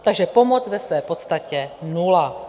Takže pomoc ve své podstatě nula.